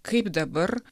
kaip dabar